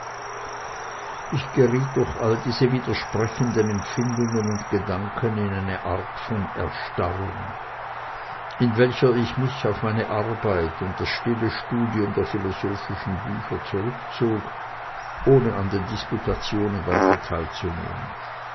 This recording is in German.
ich geriet durch all diese widersprechenden empfindungen und gedanken in eine art von erstarrung in welcher ich mich auf meine arbeit und das stille studium der philosophischen bücher zurückzog ohne an den disputationen weiter teilzunehmen